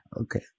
Okay